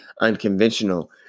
unconventional